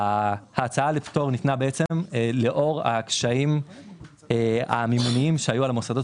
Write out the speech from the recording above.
ההצעה לפטור ניתנה לאור הקשיים המימוניים שהיו על המוסדות